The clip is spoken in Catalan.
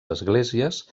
esglésies